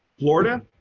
florida.